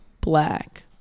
black